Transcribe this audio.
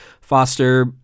foster